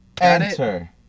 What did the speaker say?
Enter